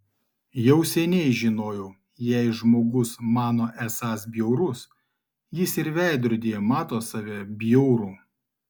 jau seniai žinojau jei žmogus mano esąs bjaurus jis ir veidrodyje mato save bjaurų